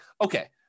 okay